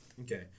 Okay